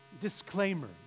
disclaimer